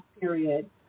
period